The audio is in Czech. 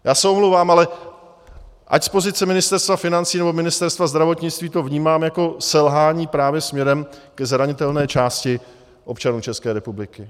Já se omlouvám, ale ať z pozice Ministerstva financí nebo Ministerstva zdravotnictví to vnímám jako selhání právě směrem ke zranitelné části občanů České republiky.